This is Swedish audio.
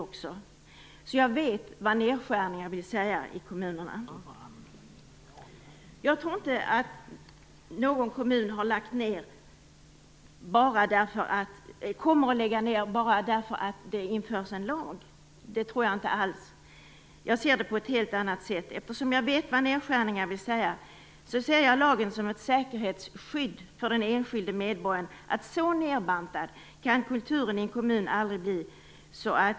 Därför vet jag vad nedskärningar i kommunerna vill säga. Jag tror inte alls att någon kommun kommer att lägga ned bibliotek bara därför att det införs en lag. Jag ser det på ett helt annat sätt. Eftersom jag vet vad nedskärningarna vill säga, ser jag lagen som ett säkerhetsskydd för den enskilde medborgaren mot att kulturen i en kommun aldrig kan bli så nedbantad.